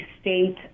state